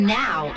now